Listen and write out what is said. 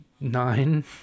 nine